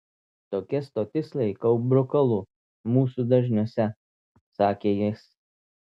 tokias stotis laikau brukalu mūsų dažniuose sakė jis